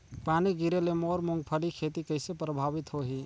पानी गिरे ले मोर मुंगफली खेती कइसे प्रभावित होही?